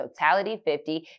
totality50